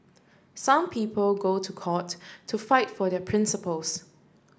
some people go to court to fight for their principles